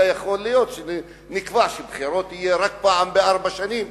אלא יכול להיות שנקבע שבחירות יהיו רק פעם בארבע שנים,